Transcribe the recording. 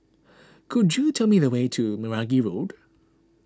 could you tell me the way to Meragi Road